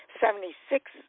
Seventy-six